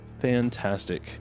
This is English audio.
Fantastic